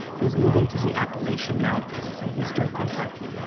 he is moving to the appalachian mountains, in eastern kentucky,